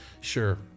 Sure